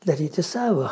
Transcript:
daryti savo